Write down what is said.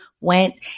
went